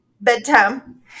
Bedtime